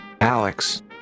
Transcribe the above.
alex